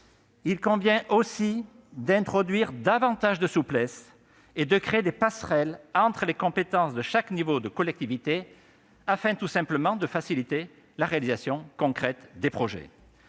il convient aussi d'introduire davantage de souplesse et de créer des passerelles entre les compétences de chaque niveau de collectivités, afin de faciliter la réalisation des projets.